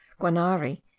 guanari